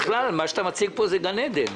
בכלל, מה שאתה מציג פה זה גן עדן.